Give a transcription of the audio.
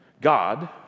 God